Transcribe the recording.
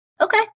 okay